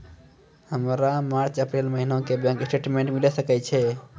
हमर मार्च अप्रैल महीना के बैंक स्टेटमेंट मिले सकय छै?